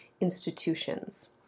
institutions